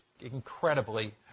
incredibly